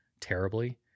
terribly